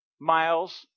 miles